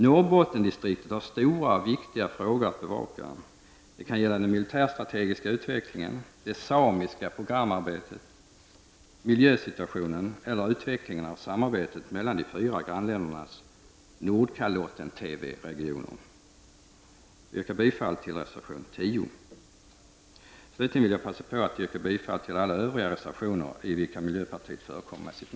Norrbottendistriktet har stora och viktiga frågor att bevaka. Det kan gälla den militärstrategiska utvecklingen, det samiska programarbetet, miljösituationen eller utvecklingen av samarbetet mellan de fyra grannländernas Nordkalotten-TV-regioner. Jag yrkar bifall till reservation 10. Slutligen vill jag yrka bifall till alla övriga reservationer där miljöpartiets namn förekommer.